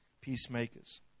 Peacemakers